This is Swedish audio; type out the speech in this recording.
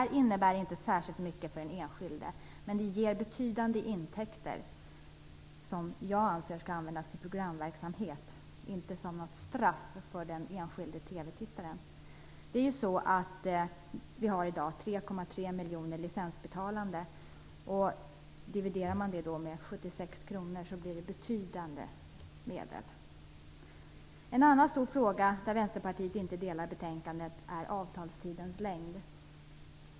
Det innebär inte särskilt mycket för den enskilde, men det ger betydande intäkter, som jag anser skall användas till programverksamhet, inte som något straff för den enskilde TV-tittaren. Vi har i dag 76 kr blir det betydande medel. En annan stor fråga där Vänsterpartiet inte delar utskottsmajoritetens mening i betänkandet är avtalstidens längd.